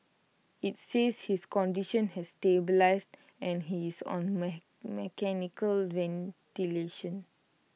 IT says his condition has stabilised and he is on mechanical ventilation